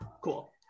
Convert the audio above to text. Cool